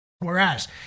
Whereas